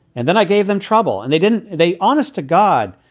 and then i gave them trouble. and they didn't they. honest to god,